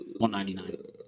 199